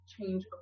change